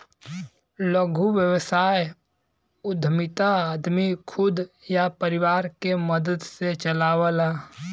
लघु व्यवसाय उद्यमिता आदमी खुद या परिवार के मदद से चलावला